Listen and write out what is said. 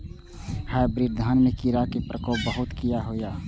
Hybrid धान में कीरा के प्रकोप बहुत किया होया?